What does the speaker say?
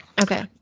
Okay